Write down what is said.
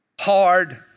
hard